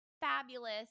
fabulous